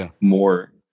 more